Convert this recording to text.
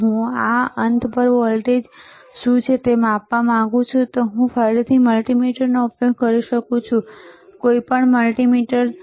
જો હું આ બે અંત પર વોલ્ટેજ શું છે તે માપવા માંગુ છું તો હું ફરીથી મલ્ટિમીટરનો ઉપયોગ કરી શકું છું બરાબર કોઈપણ મલ્ટિમીટર